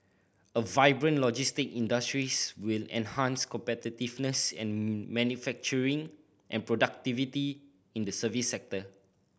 a vibrant logistic industries will enhance competitiveness in manufacturing and productivity in the service sector